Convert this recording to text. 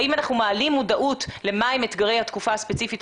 האם אנחנו מעלים מודעות לגבי אתגרי התקופה הספציפית